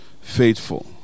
faithful